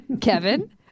Kevin